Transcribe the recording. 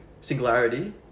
singularity